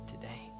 today